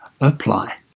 apply